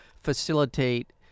facilitate